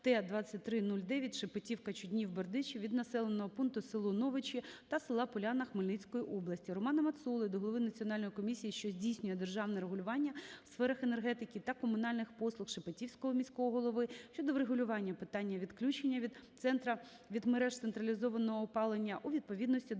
Т-2309 Шепетівка - Чуднів - Бердичів від населеного пункту село Новичі та села Поляна Хмельницької області. Романа Мацоли до голови Національної комісії, що здійснює державне регулювання у сферах енергетики та комунальних послуг, Шепетівського міського голови щодо врегулювання питання відключення від мереж централізованого опалення у відповідності до